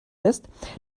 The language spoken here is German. lässt